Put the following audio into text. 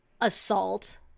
assault